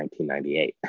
1998